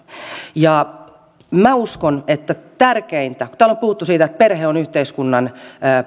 minä uskon että tärkeintä täällä on puhuttu siitä että perhe on yhteiskunnan